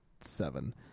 seven